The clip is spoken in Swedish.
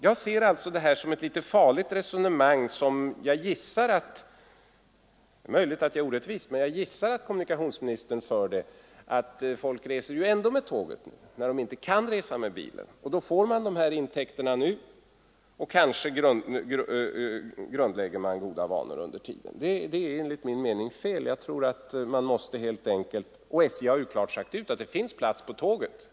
Jag ser detta som ett farligt resonemang. Det är möjligt att jag är orättvis, men jag gissar att kommunikationsministern resonerar som så att folk reser ändå med tåget när de inte kan resa med bilen och då får man dessa intäkter nu och kanske grundlägger man goda vanor under tiden. Det är, enligt min mening, fel. Jag tror att man måste försöka öka beläggningen.